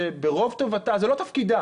שברוב טובתה זה לא תפקידה